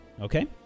Okay